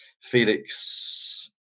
Felix